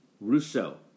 Rousseau